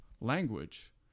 language